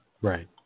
Right